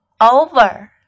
over